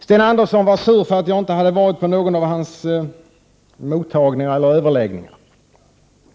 Sten Andersson var sur, därför att jag inte har varit på någon av hans mottagningar eller överläggningar.